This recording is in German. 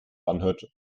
anhört